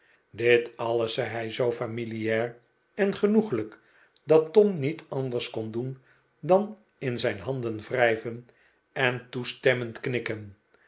dit alles zei hij zoo familiaar en genoeglijk dat tom niet anders kon doen dan in zijn handen wrijven en toestemmend knikken